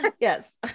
Yes